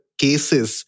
cases